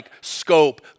scope